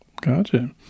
gotcha